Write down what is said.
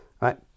Right